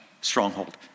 stronghold